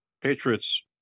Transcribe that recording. Patriots